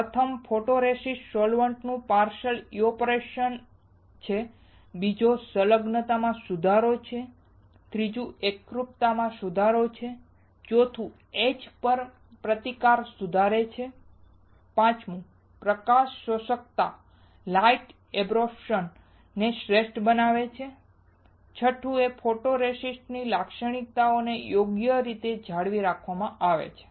પ્રથમ photoresist solvents નું partial evaporation છે બીજો સંલગ્નતામાં સુધારો છે ત્રીજું એકરૂપતામાં સુધારો છે ચોથું એચ માટે પ્રતિકાર સુધારે છે પાંચમું પ્રકાશ શોષકતા ને શ્રેષ્ઠ બનાવે છે છઠ્ઠું એ ફોટોરેસિસ્ટ ની લાક્ષણિકતાઓને યોગ્ય રીતે જાળવી રાખવામાં આવે છે